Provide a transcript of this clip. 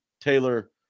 Taylor